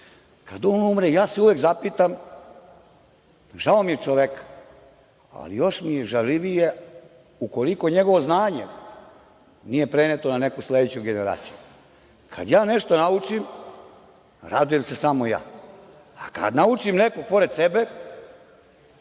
kad on umre, ja se uvek zapitam, žao mi je čoveka, ali još mi je žalivije ukoliko njegovo znanje nije preneto na neku sledeću generaciju. Kad ja nešto naučim, radujem se samo ja, a kad naučim nekog pored sebe,